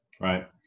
Right